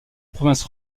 province